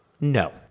No